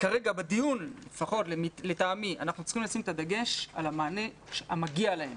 אנחנו צריכים לשים את הדגש על המענה המגיע להם